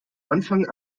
anfang